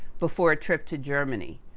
before a trip to germany.